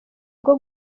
rwo